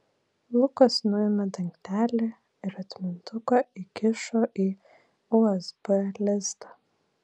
lukas nuėmė dangtelį ir atmintuką įkišo į usb lizdą